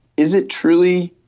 is it truly.